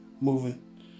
moving